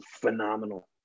phenomenal